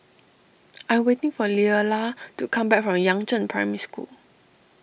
I waiting for Leala to come back from Yangzheng Primary School